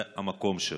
זה המקום שלנו.